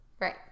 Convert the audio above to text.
right